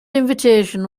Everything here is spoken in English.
invitation